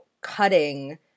cutting